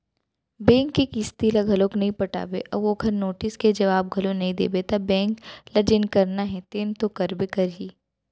bank के किस्ती ल घलोक नइ पटाबे अउ ओखर नोटिस के जवाब घलोक नइ देबे त बेंक ल जेन करना हे तेन तो करबे करही